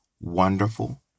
wonderful